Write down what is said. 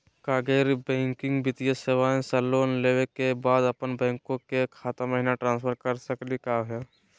का गैर बैंकिंग वित्तीय सेवाएं स लोन लेवै के बाद अपन बैंको के खाता महिना ट्रांसफर कर सकनी का हो?